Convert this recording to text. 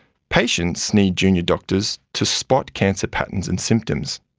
patients need junior doctors to spot cancer patterns and symptoms,